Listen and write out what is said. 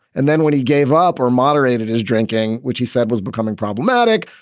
and then when he gave up or moderated his drinking, which he said was becoming problematic.